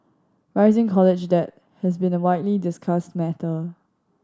rising college debt has been a widely discussed matter